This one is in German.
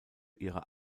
ihrer